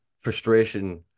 frustration